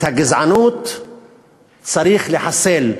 את הגזענות צריך לחסל,